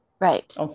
Right